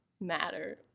matter